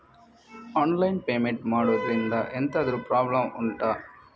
online payment ಮಾಡುದ್ರಿಂದ ಎಂತಾದ್ರೂ problem ಉಂಟಾ